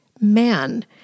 man